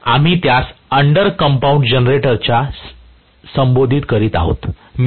मग आम्ही त्यास अंडर कंपाऊंड जनरेटरच्या संबोधित करीत आहोत